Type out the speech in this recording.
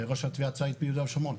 ראש התביעה הצבאית ביהודה ושומרון.